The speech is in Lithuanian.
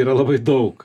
yra labai daug